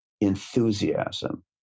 enthusiasm